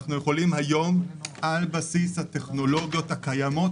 אנחנו יכולים היום על בסיס הטכנולוגיות הקיימות